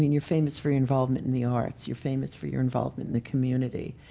you're famous for your involvement in the arts. you're famous for your involvement in the community.